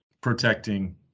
protecting